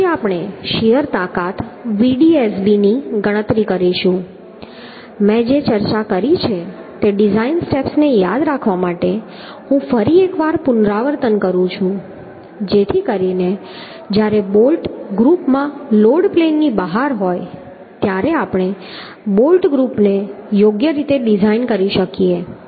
પછી આપણે શીયર તાકાત Vdsb ની ગણતરી કરીશું મેં જે ચર્ચા કરી છે તે ડિઝાઇન સ્ટેપ્સને યાદ રાખવા માટે હું ફરી એક વાર પુનરાવર્તન કરું છું જેથી કરીને જ્યારે બોલ્ટ ગ્રૂપમાં લોડ પ્લેનની બહાર હોય ત્યારે આપણે બોલ્ટ ગ્રૂપને યોગ્ય રીતે ડિઝાઇન કરી શકીએ